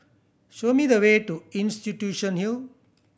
show me the way to Institution Hill